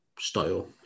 style